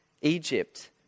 Egypt